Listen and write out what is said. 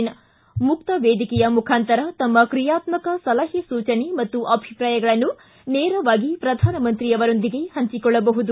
ಇನ್ ಮುಕ್ತ ವೇದಿಕೆಯ ಮುಖಾಂತರ ತಮ್ಮ ಕ್ರಿಯಾತ್ಸಕ ಸಲಹೆ ಸೂಚನೆ ಮತ್ತು ಅಭಿಪ್ರಾಯಗಳನ್ನು ನೇರವಾಗಿ ಪ್ರಧಾನ ಮಂತ್ರಿಯವರೊಂದಿಗೆ ಹಂಚಿಕೊಳ್ಳಬಹುದು